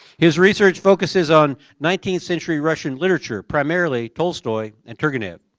his research focuses on nineteenth century russian literature primarily tolstoy and turgenev.